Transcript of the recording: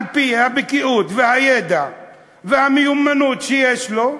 ועל-פי הבקיאות והידע והמיומנות שיש לו,